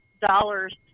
dollars